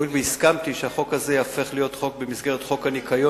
הואיל והסכמתי שהחוק הזה יהפוך להיות חוק במסגרת חוק שמירת הניקיון,